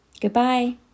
Goodbye